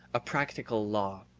a practical law.